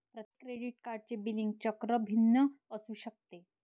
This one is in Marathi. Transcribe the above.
प्रत्येक क्रेडिट कार्डचे बिलिंग चक्र भिन्न असू शकते